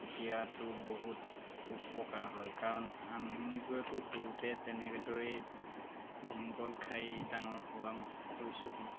তেতিয়াতো বহুত উপকাৰ হয় কাৰণ আমিবোৰেতো সৰুতে তেনেদৰেই ভীমকল খাই ডাঙৰ হোৱা হৈছোঁহি